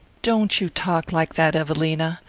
don't you talk like that, evelina!